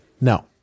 no